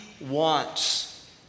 wants